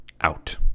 out